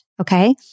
okay